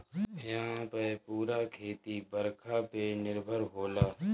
इहां पअ पूरा खेती बरखा पे निर्भर होला